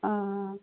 অঁ